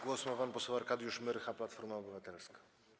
Głos ma pan poseł Arkadiusz Myrcha, Platforma Obywatelska.